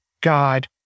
God